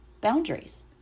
boundaries